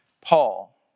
Paul